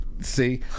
See